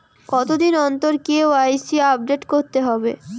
কতদিন অন্তর KYC update করতে হবে?